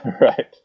Right